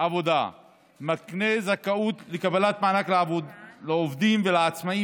עבודת מקנה זכאות לקבלת מענק לעובדים ולעצמאים